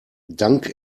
dank